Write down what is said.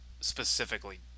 specifically